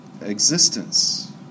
existence